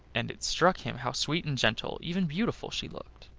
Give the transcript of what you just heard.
and it struck him how sweet and gentle, even beautiful, she looked.